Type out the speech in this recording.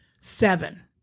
seven